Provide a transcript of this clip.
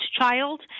child